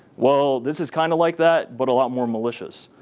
well, this is kind of like that but a lot more malicious.